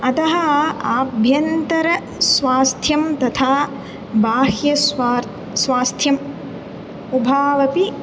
अतः आभ्यन्तरस्वास्थ्यं तथा बाह्यस्वार् स्वास्थ्यम् उभावपि